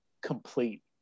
complete